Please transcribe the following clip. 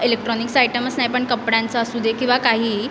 electronics आयटमच नाही पण कपड्यांचा असू दे किंवा काहीही